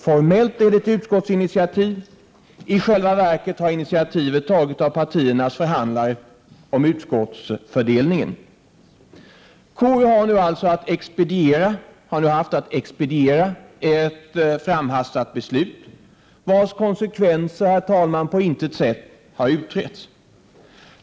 Formellt är det fråga om ett utskottsinitiativ, men i själva verket har initiativet tagits av de förhandlare från partierna som har förhandlat om utskottsfördelningen. Konstitutionsutskottet har nu haft att expediera ett framhastat beslut, vars konsekvenser, herr talman, på intet sätt har utretts.